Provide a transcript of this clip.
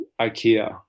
IKEA